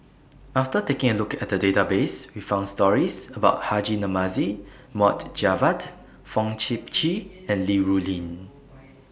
after taking A Look At The Database We found stories about Haji Namazie Mohd Javad Fong Sip Chee and Li Rulin